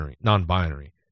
non-binary